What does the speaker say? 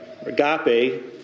agape